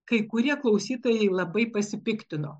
kai kurie klausytojai labai pasipiktino